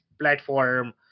platform